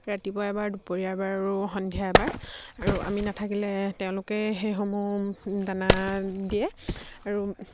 ৰাতিপুৱা এবাৰ দুপৰীয়া এবাৰ আৰু সন্ধিয়া এবাৰ আৰু আমি নাথাকিলে তেওঁলোকে সেইসমূহ দানা দিয়ে আৰু